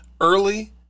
Early